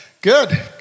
Good